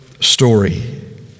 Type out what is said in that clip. story